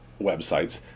websites